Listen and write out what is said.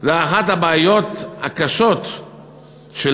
הוא אחת הבעיות הקשות שלנו,